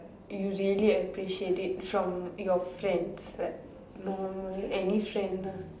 from your friends like normal any friend lah